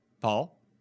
Paul